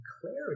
clarity